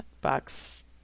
bucks